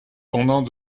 pendant